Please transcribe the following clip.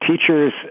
teachers